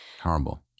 Horrible